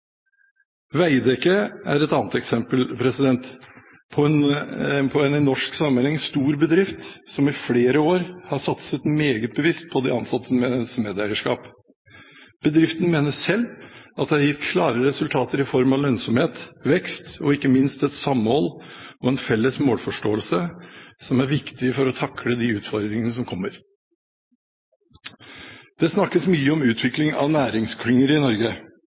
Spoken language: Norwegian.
Veidekke er et annet eksempel på en i norsk sammenheng stor bedrift som i flere år har satset meget bevisst på de ansattes medeierskap. Bedriften mener selv at det har gitt klare resultater i form av lønnsomhet, vekst og, ikke minst, et samhold og en felles målforståelse, som er viktig for å takle de utfordringene som kommer. Det snakkes mye om utvikling av næringsklynger i Norge.